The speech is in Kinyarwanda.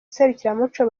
serukiramuco